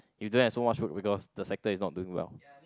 you don't have so much work because the sector is not doing well